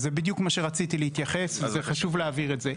זה בדיוק מה שרציתי להתייחס אליו וחשוב להבהיר את זה.